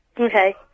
Okay